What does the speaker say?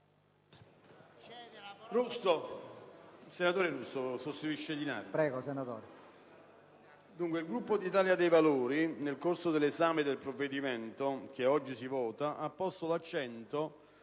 il Gruppo dell'Italia dei Valori, nel corso dell'esame del provvedimento che oggi si vota, ha posto l'accento